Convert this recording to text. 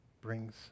brings